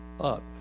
up